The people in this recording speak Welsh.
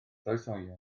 croeshoelio